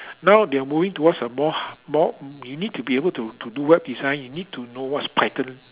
now they are moving towards a more more you need to be able to to do web design you need to know what's python